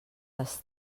les